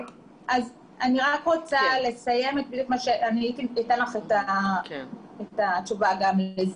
אני אתן לך את התשובה גם לזה.